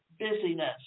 busyness